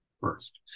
first